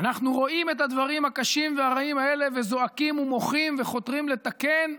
אנחנו רואים את הדברים הקשים והרעים האלה וזועקים ומוחים וחותרים לתקן,